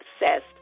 obsessed